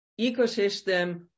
ecosystem